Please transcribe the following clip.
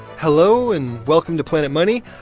hello, and welcome to planet money.